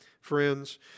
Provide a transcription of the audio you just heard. friends